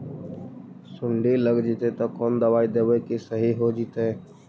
सुंडी लग जितै त कोन दबाइ देबै कि सही हो जितै?